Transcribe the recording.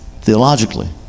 theologically